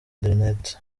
internet